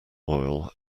oil